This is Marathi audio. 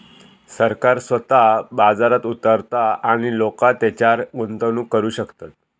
सरकार स्वतः बाजारात उतारता आणि लोका तेच्यारय गुंतवणूक करू शकतत